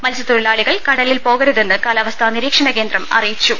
മത്സ്യത്തൊഴിലാ ളികൾ കടലിൽ പോകരുതെന്ന് കാലാവസ്ഥാ നിരീക്ഷണ കേന്ദ്രം അറിയിച്ചു